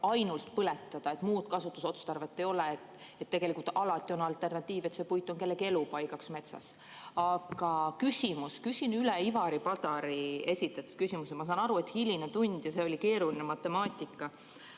ainult põletada, muud kasutusotstarvet ei ole. Tegelikult alati on alternatiiv, et see puit on kellegi elupaigaks metsas. Aga ma küsin üle Ivari Padari esitatud küsimuse. Ma saan aru, et tund on hiline ja see oli keeruline matemaatika.